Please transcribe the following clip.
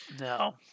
No